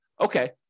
okay